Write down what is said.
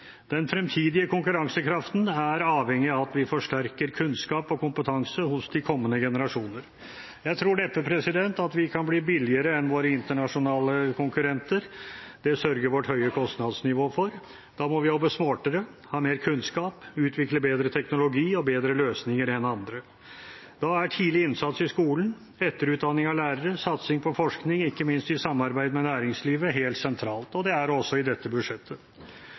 Den fremtidige konkurransekraften er avhengig av at vi forsterker kunnskap og kompetanse hos de kommende generasjoner. Jeg tror neppe vi kan bli billigere enn våre internasjonale konkurrenter, det sørger vårt høye kostnadsnivå for. Da må vi jobbe smartere, ha mer kunnskap og utvikle bedre teknologi og bedre løsninger enn andre. Da er tidlig innsats i skolen, etterutdanning av lærere og satsing på forskning, ikke minst i samarbeid med næringslivet, helt sentralt. Det er det også i dette budsjettet.